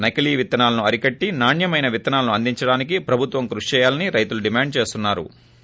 నకిలీ విత్తనాలను అరికట్టి నాణ్వమెన విత్తనాలను అందించడానికి ప్రభుత్వం కృషి చేయాలని రైతులు డిమాండ్ చేస్తున్నారు